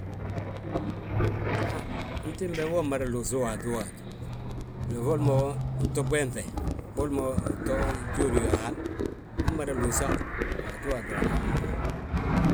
Haa, antiimbi he, woo mmada luusi waato waati. Iyoo, boli mo utoɓenŧe, boli mo uto jóodi a hal, uu mmada luusa waato waati hunhuŋ.